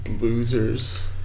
losers